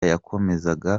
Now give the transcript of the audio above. yakomezaga